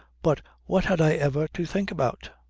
but what had i ever to think about?